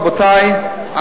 רבותי,